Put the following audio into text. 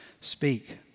speak